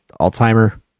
Alzheimer